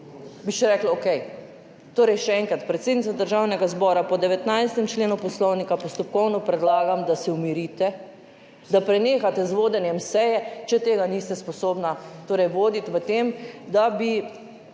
bi še rekli, okej. Torej še enkrat, predsednica Državnega zbora, po 19. členu Poslovnika postopkovno predlagam, da se umirite, da prenehate z vodenjem seje, če tega niste sposobni na način, da bi